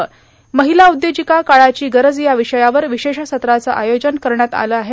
तसंच र्माहला उद्योजिका काळाची गरज या र्विषयावर विशेष सत्राचं आयोजन करण्यात आलं आहे